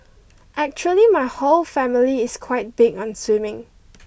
actually my whole family is quite big on swimming